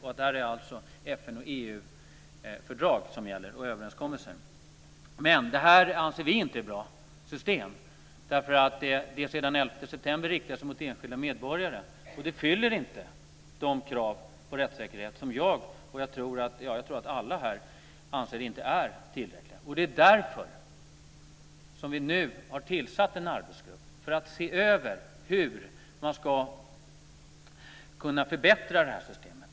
Här är det alltså FN och EU-fördrag och överenskommelser som gäller. Vi anser inte att det här är ett bra system. Sedan den 11 september riktar det sig mot enskilda medborgare. Det fyller inte de krav på rättssäkerhet som jag och jag tror alla här ställer. Det är därför som vi nu har tillsatt en arbetsgrupp för att se över hur man ska kunna förbättra det här systemet.